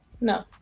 no